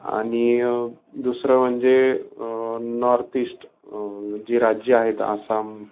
आणि दुसरं म्हणजे नॉर्थ ईस्ट जे राज्य आहेत आसाम